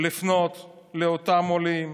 לפנות לאותם עולים,